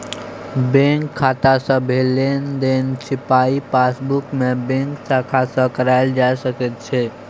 bank खाता सँ भेल लेनदेनक छपाई पासबुकमे बैंक शाखा सँ कराएल जा सकैत छै